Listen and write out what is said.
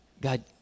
God